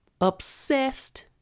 obsessed